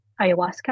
ayahuasca